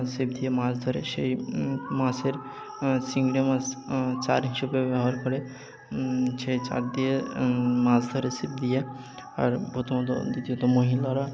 ছিপ দিয়ে মাছ ধরে সেই মাছের চিংড়ি মাছ চার হিসেবে ব্যবহার করে সেই চার দিয়ে মাছ ধরে ছিপ দিয়ে আর প্রথমত দ্বিতীয়ত মহিলারা